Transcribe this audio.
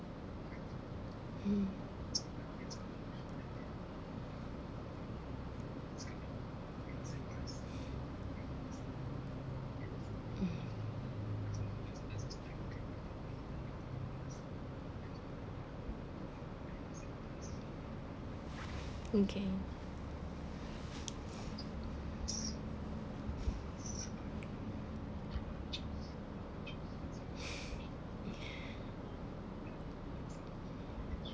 hmm mm okay